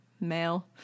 male